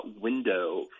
window